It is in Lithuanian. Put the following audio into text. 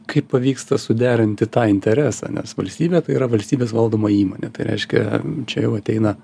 kaip pavyksta suderinti tą interesą nes valstybė tai yra valstybės valdoma įmonė tai reiškia čia jau ateina